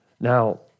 Now